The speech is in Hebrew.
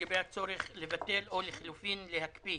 לגבי הצורך לבטל או לחלופין להקפיא.